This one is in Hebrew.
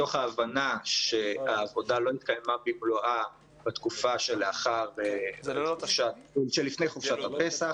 מתוך ההבנה שהעבודה לא התקיימה במלואה בתקופה שלפני חופשת הפסח,